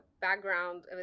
background